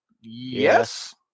Yes